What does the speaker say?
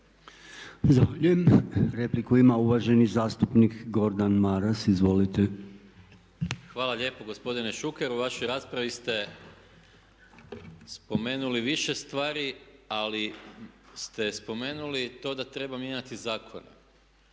Zahvaljujem. Repliku ima uvaženi zastupnik Gordan Maras. Izvolite. **Maras, Gordan (SDP)** Hvala lijepo gospodine Šukeru. U vašoj raspravi ste spomenuli više stvari ali ste spomenuli i to da treba mijenjati zakone.